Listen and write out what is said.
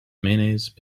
mayonnaise